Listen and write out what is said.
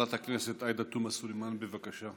חברת הכנסת עאידה תומא סלימאן, בבקשה.